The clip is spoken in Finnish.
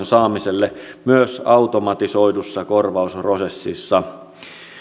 saamiselle myös automatisoidussa korvausprosessissa